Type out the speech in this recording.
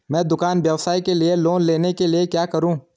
मैं दुकान व्यवसाय के लिए लोंन लेने के लिए क्या करूं?